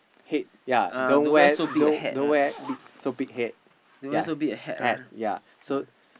head ya don't wear don't wear so big head ya